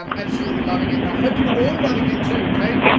um absolutely loving it and i hope you're all loving it too. okay,